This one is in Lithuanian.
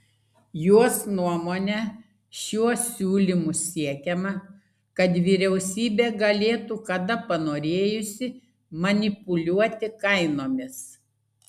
jos nuomone šiuo siūlymu siekiama kad vyriausybė galėtų kada panorėjusi manipuliuoti kainomis